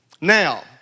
Now